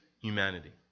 humanity